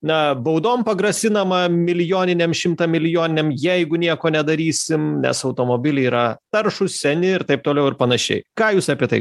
na baudom pagrasinama milijoninėm šimtamilijoninėm jeigu nieko nedarysim nes automobiliai yra taršūs seni ir taip toliau ir panašiai ką jūs apie tai